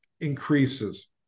increases